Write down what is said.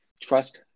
trust